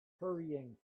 hurrying